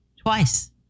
twice